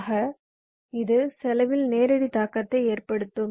ஆக இது செலவில் நேரடி தாக்கத்தை ஏற்படுத்தும்